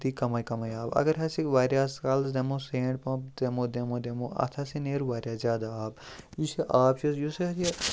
دی کمَے کَمَے آب اگر ہَسا واریاہَس کالَس دِمو ہیٚنٛڈ پَمپ دِمو دِمو دِمو اَتھ ہَسا نیرِ واریاہ زیادٕ آب یُس یہِ آب چھُ یُس اَتھ یہِ